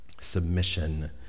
Submission